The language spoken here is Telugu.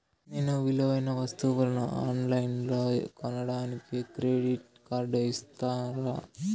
నేను విలువైన వస్తువులను ఆన్ లైన్లో కొనడానికి క్రెడిట్ కార్డు ఇస్తారా?